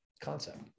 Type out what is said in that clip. concept